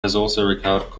recorded